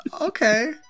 okay